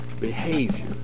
behavior